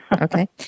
Okay